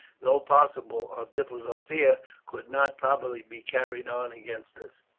though possible, are difficult here, could not probably be carried on against us.